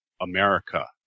America